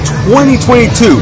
2022